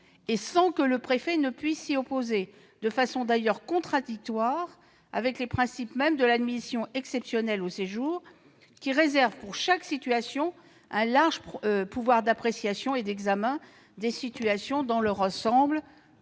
et sans que le préfet puisse s'y opposer, de façon d'ailleurs contradictoire avec les principes mêmes de l'admission exceptionnelle au séjour, qui réservent au préfet un large pouvoir d'appréciation et d'examen des situations dans leur ensemble.